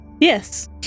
Yes